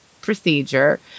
procedure